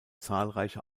zahlreiche